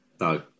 no